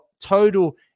total